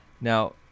Now